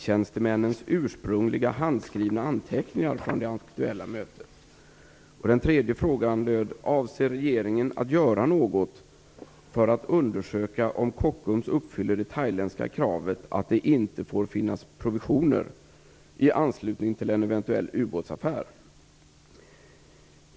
tjänstemännens ursprungliga handskrivna anteckningar från det aktuella mötet? Avser regeringen att göra något för att undersöka om Kockums uppfyller det thailändska kravet att det inte får finnas provisioner i anslutning till en eventuell ubåtsaffär?